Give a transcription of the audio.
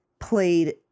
played